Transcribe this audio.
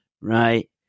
right